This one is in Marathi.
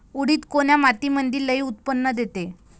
उडीद कोन्या मातीमंदी लई उत्पन्न देते?